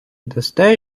дасте